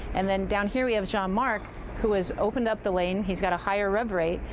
and then down here we have john mark who has opened up the lane, he's got a higher rev rate,